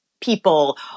people